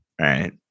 right